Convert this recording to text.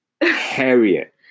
Harriet